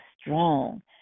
strong